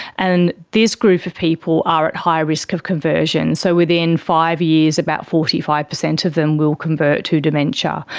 and this group of people are at high risk of conversion. so within five years about forty five percent of them will convert to dementia.